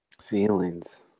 feelings